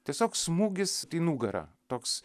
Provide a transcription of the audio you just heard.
tiesiog smūgis į nugarą toks